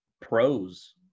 pros